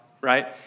right